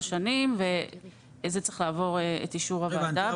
שנים מה שצריך לעבור את אישור הוועדה.